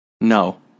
No